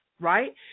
right